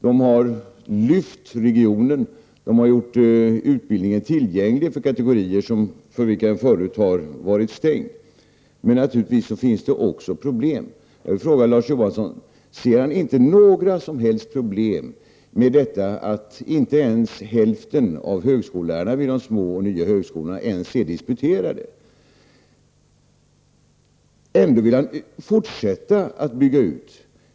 De har lyft regionen, de har gjort utbildningen tillgänglig för kategorier för vilka den förut har varit stängd. Men naturligtvis finns det också problem. Jag vill fråga Larz Johansson om han inte ser några som helst problem med att inte ens hälften av högskolelärarna vid de små och nya högskolorna har disputerat. Ändå vill Larz Johansson att vi skall fortsätta att bygga ut.